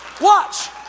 Watch